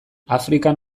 afrikan